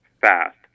FAST